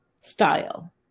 style